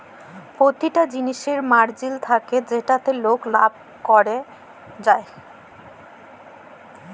পতিটা জিলিসের মার্জিল থ্যাকে যেটতে লক লাভ ক্যরে যায়